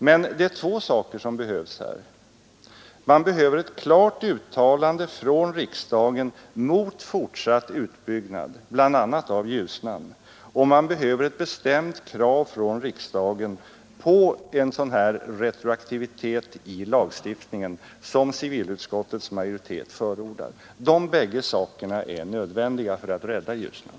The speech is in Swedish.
Det är två saker som behövs här: Man behöver ett klart ställningstagande från riksdagen mot fortsatt utbyggnad, bl.a. av Ljusnan, och man behöver ett bestämt krav från riksdagen på en sådan retroaktivitet i lagstiftningen som civilutskottets majoritet förordar. Dessa bägge saker är nödvändiga för att rädda Ljusnan.